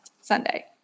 Sunday